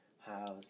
house